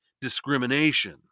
discrimination